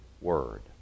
word